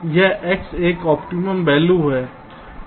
यह X का optimum value है